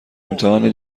امتحانی